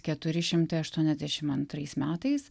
keturi šimtai aštuoniasdešim antrais metais